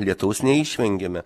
lietaus neišvengėme